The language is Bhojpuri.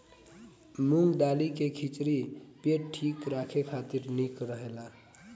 मूंग दाली के खिचड़ी पेट ठीक राखे खातिर निक रहेला